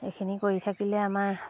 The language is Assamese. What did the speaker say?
এইখিনি কৰি থাকিলে আমাৰ